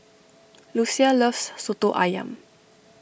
Lucia loves Soto Ayam